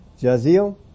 Jaziel